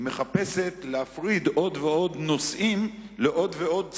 היא מחפשת להפריד עוד ועוד נושאים לעוד ועוד שרים.